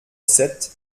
sept